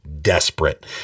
Desperate